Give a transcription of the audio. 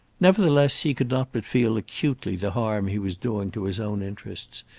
nevertheless, he could not but feel acutely the harm he was doing to his own interests,